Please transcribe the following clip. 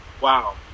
Wow